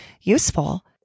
useful